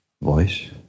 voice